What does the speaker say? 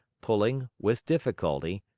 pulling, with difficulty,